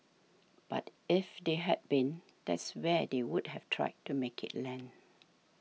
but if they had been that's where they would have tried to make it land